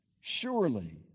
surely